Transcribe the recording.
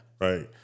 Right